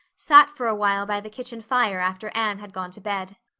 sat for a while by the kitchen fire after anne had gone to bed.